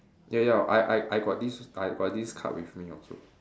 ya ya I I I got this I got this card with me also